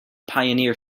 pioneer